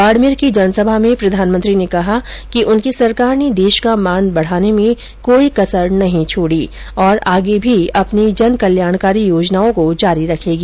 बाडमेर की जनसभा में प्रधानमंत्री ने कहा कि उनकी सरकार ने देश का मान बढाने में कोई कसर नहीं छोडी तथा आगे भी अपनी जनकल्याणकारी योजनाओं को जारी रखेगी